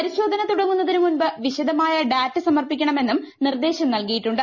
പരിശോധന തുടങ്ങുന്നതിന് മുൻപ് വിശദമായ ഡാറ്റ സമർപ്പിക്കണമെന്നും നിർദേശം നൽകിയിട്ടുണ്ട്